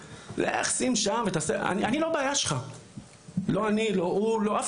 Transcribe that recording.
שנלך ונשים שם ונעשה כך --- אני לא הבעיה שלך,